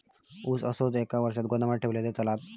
ऊस असोच एक वर्ष गोदामात ठेवलंय तर चालात?